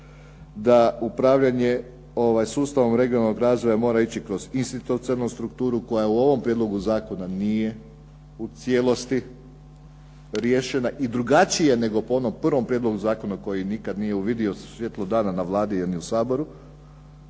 da upravljanje sustavom regionalnog razvoja mora ići kroz institucionalnu strukturu koja u ovom Prijedlogu zakona nije u cijelosti riješena, i drugačije nego po onom prvom Prijedlogu zakona koji nikada nije uvidio svjetlo dana na Vladi niti u Saboru,